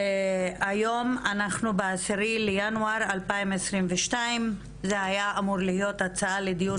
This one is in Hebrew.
היום אנחנו ב-10 בינואר 2022. זה היה אמור להיות הצעה לדיון